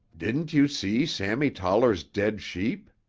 didn't you see sammy toller's dead sheep?